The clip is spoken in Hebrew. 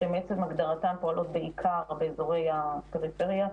שהן מעצם הגדרתן פועלות בעיקר באזורי הפריפריה,